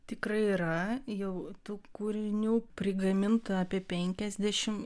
tikrai yra jau tų kūrinių prigaminta apie penkiasdešim